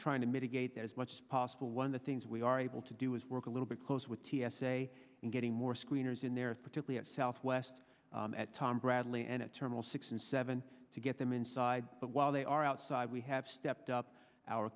trying to mitigate as much as possible one of the things we are able to do is work a little bit closer with t s a and getting more screeners in their particular southwest at tom bradley and at terminal six and seven to get them inside but while they are outside we have stepped up our